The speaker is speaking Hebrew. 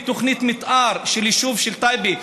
בתוכנית מתאר של היישוב טייבה,